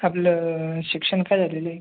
आपलं शिक्षण काय झालेलं आहे